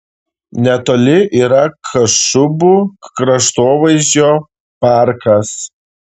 netoli yra kašubų kraštovaizdžio parkas